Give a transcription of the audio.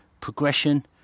progression